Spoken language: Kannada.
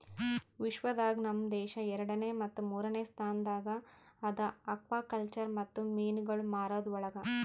ವಿಶ್ವ ದಾಗ್ ನಮ್ ದೇಶ ಎರಡನೇ ಮತ್ತ ಮೂರನೇ ಸ್ಥಾನದಾಗ್ ಅದಾ ಆಕ್ವಾಕಲ್ಚರ್ ಮತ್ತ ಮೀನುಗೊಳ್ ಮಾರದ್ ಒಳಗ್